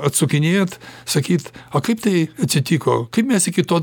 atsukinėt sakyt o kaip tai atsitiko kaip mes iki to